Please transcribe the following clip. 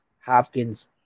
Hopkins